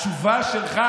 התשובה שלך,